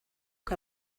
que